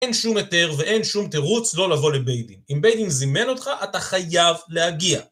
אין שום היתר ואין שום תירוץ לא לבוא לבית דין. אם בית דין זימן אותך, אתה חייב להגיע.